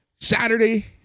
Saturday